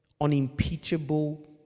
Unimpeachable